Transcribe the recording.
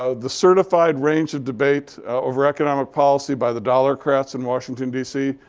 ah the certified range of debate over economic policy by the dollarcrats in washington, dc,